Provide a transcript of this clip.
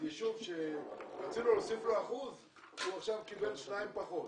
אז יישוב שרצינו להוסיף לו אחוז יקבל שניים פחות,